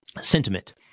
sentiment